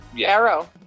Arrow